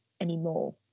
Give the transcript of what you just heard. anymore